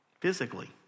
Physically